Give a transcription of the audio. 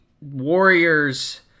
Warriors